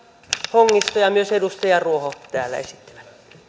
hongisto ja myös edustaja ruoho täällä esittivät